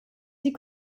sie